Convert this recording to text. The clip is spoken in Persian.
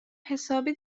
حسابی